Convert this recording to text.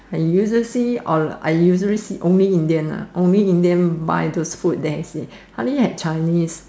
I usually see or I usually see only Indian lah only Indian buy those food there you see hardly have Chinese